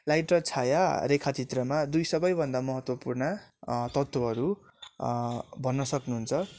light र छायाँ रेखा चित्रमा दुई सबैभन्दा महत्त्वपूर्ण तत्त्वहरू भन्न सक्नुहुन्छ